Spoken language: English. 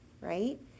right